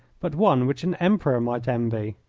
but one which an emperor might envy.